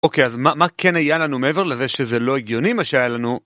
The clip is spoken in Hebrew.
אוקיי, אז מה מה כן היה לנו מעבר לזה שזה לא הגיוני מה שהיה לנו?